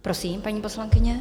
Prosím, paní poslankyně.